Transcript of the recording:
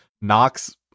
knocks